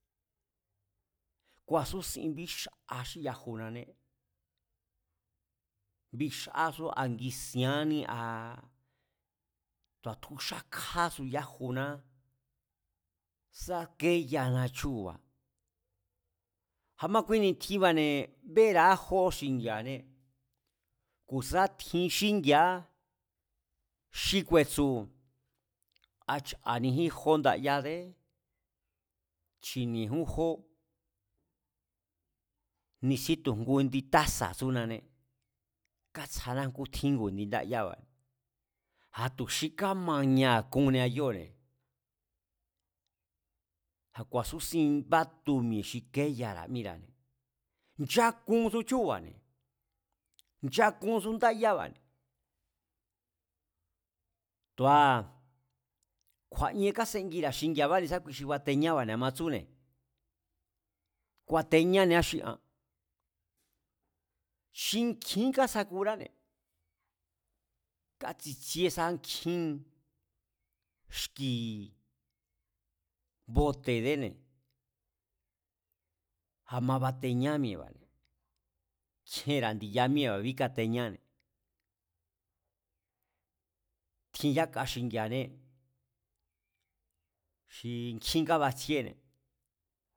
Ku̱a̱súsin bíxa xí yajunané, bxású a ngisiaánní a tu̱a tjuxákjá su yajuná sá keyana chúu̱ba̱, a̱ma kui ni̱tjinba̱ne̱ béra̱á jó xingi̱a̱ané, ku̱ sá tjin xíngi̱a̱á xi ku̱e̱tsu̱ a cha̱nijí jó ndayá déé. Chi̱ni̱e̱jún jó, ni̱sí tu̱jngu indi tása̱ tsúnané, kátsjaná ngu tjíngu indi ndáyába̱, a̱ tu̱ xi kámañaa̱kunnia kíóo̱ne̱. A̱ ku̱a̱súsin bátu mi̱e̱ xi kéyara̱ míra̱ne̱, nchakunsu chúu̱ba̱ne̱, nchakunsu ndáyaba̱ne̱, tu̱aa̱ kju̱a̱ ien kásengira̱ xingi̱a̱abane̱ sá kui xi bateñába̱ne̱ a̱ ma tsúne̱, kuateñánia xi an, xi nkjín kasakuráne̱, kátsitsíé sa nkjín xki̱ bote̱déne̱, a̱ma bateñámi̱e̱ba̱ne̱, kjienra̱ ndiya míee̱ba̱ bíkateñáne̱. Tjin yáka xingi̱a̱ane xi kjín kabatsjíéne̱